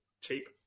cheap